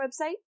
website